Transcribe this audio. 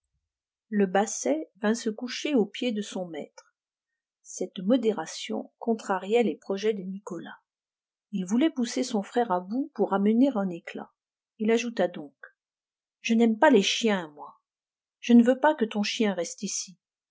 le basset vint se coucher aux pieds de son maître cette modération contrariait les projets de nicolas il voulait pousser son frère à bout pour amener un éclat il ajouta donc je n'aime pas les chiens moi je ne veux pas que ton chien reste ici